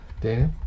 Daniel